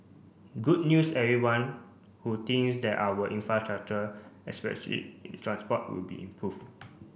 good news everyone who thinks that our infrastructure especially in transport would be improved